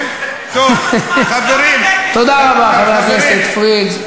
טוב, חברים, תודה רבה, חבר הכנסת פריג'.